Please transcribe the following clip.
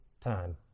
time